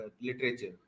literature